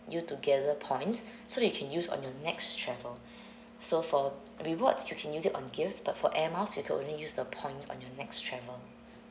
you to gather points so that you can use on your next travel so for rewards you can use it on gifts but for air miles you can only use the points on your next travel